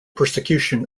persecution